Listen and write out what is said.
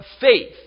faith